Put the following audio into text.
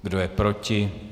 Kdo je proti?